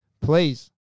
Please